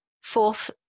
Fourth